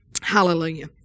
Hallelujah